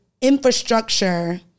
infrastructure